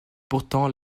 pourtant